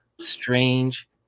strange